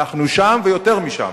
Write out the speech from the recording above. אנחנו שם ויותר משם.